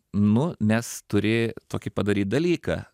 nu nes turi tokį padaryt dalyką